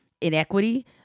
inequity